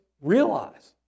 realize